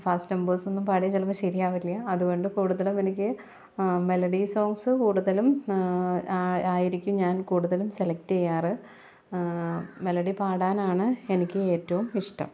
fast നമ്പേഴ്സൊന്നും പാടിയാൽ ചിലപ്പം ശരിയാവില്ല അതുകൊണ്ട് കൂടുതലും എനിക്ക് മെലഡി സോങ്സ് കൂടുതലും ആയിരിക്കും ഞാൻ കൂടുതലും സെലക്റ്റ് ചെയ്യാറുള്ളത് മെലഡി പാടാനാണ് എനിക്ക് ഏറ്റവും ഇഷ്ടം